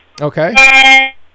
Okay